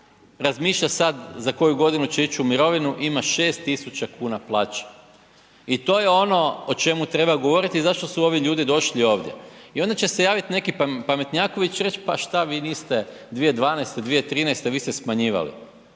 razmišlja sad za koju godinu će ići u mirovinu ima 6 tisuća kuna plaće. I to je ono o čemu treba govoriti i zašto su ovi ljudi došli ovdje. I onda će se javiti neki pametnjaković i reći pa šta vi niste 2012., 2013. vi ste smanjivali.